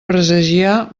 presagiar